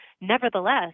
Nevertheless